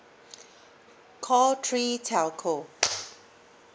call three telco